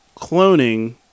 cloning